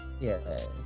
Yes